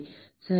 சரி